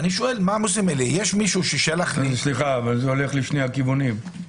אבל זה הולך לשני הכיוונים.